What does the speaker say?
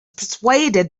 persuaded